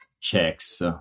checks